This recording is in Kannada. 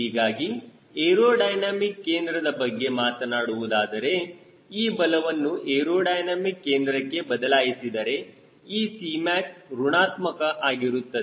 ಹೀಗಾಗಿ ಏರೋಡೈನಮಿಕ್ ಕೇಂದ್ರದ ಬಗ್ಗೆ ಮಾತನಾಡುವುದಾದರೆ ಈ ಬಲವನ್ನು ಏರೋಡೈನಮಿಕ್ ಕೇಂದ್ರಕ್ಕೆ ಬದಲಾಯಿಸಿದರೆ ಈ Cmac ಋಣಾತ್ಮಕ ಆಗುತ್ತದೆ